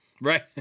Right